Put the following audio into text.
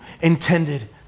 intended